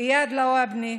איאד לואבנה,